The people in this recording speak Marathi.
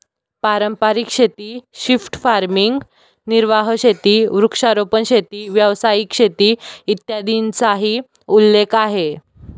पारंपारिक शेती, शिफ्ट फार्मिंग, निर्वाह शेती, वृक्षारोपण शेती, व्यावसायिक शेती, इत्यादींचाही उल्लेख आहे